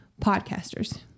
podcasters